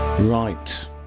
Right